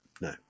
no